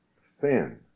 sin